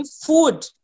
food